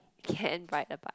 can't ride a bike